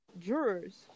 jurors